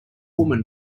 woman